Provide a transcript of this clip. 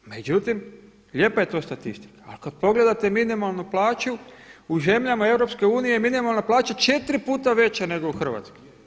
Međutim, lijepa je to statistika, ali kada pogledate minimalnu plaću u zemljama EU minimalna plaća je 4 puta veća nego u Hrvatskoj.